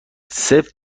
صفر